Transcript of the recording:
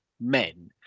men